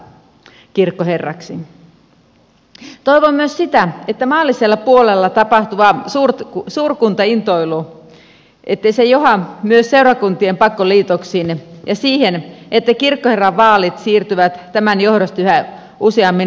toivon myös sitä että maallisella puolella tapahtuva suurkuntaintoilu ei johda myös seurakuntien pakkoliitoksiin ja siihen että kirkkoherranvaalit siirtyvät tämän johdosta yhä useammin välillisiksi